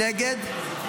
נגד.